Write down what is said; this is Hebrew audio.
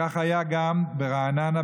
כך היה גם ברעננה,